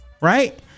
Right